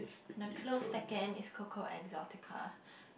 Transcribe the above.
and the close second is Coco exotica